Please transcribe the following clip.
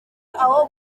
aho